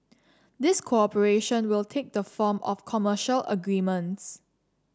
this cooperation will take the form of commercial agreements